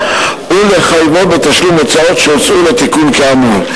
ולחייבו בתשלום הוצאות שהוצאו לתיקון כאמור.